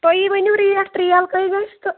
تُہی ؤنِو ریٹ ترٛیل کٔہۍ گژھِ تہٕ